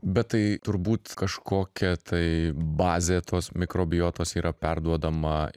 bet tai turbūt kažkokia tai bazė tos mikrobiotos yra perduodama